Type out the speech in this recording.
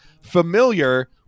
familiar